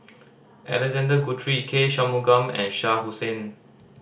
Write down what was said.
Alexander Guthrie K Shanmugam and Shah Hussain